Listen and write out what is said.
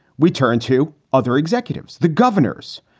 we turn to other executives, the governors,